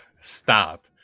stop